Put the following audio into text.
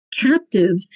captive